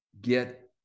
get